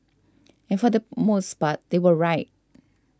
and for the most part they were right